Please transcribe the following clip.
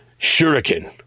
Shuriken